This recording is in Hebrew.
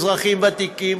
אזרחים ותיקים,